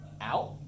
out